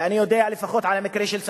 ואני יודע לפחות על המקרה של סח'נין,